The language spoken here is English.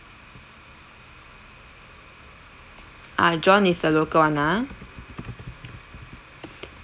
ah john is the local [one] ah